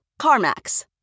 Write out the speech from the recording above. CarMax